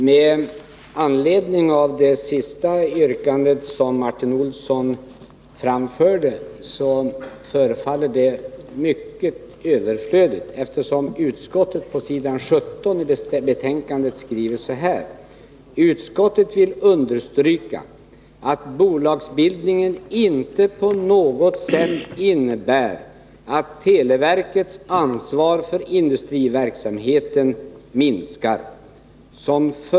Herr talman! Med anledning av det sista Martin Olsson anförde vill jag påminna om att utskottet på s. 17 i sitt betänkande skriver: ”Utskottet vill understryka att bolagsbildningen inte på något sätt innebär att televerkets ansvar för industriverksamheten minskar.